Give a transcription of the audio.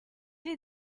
les